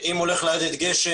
אם הולך לרדת גשם,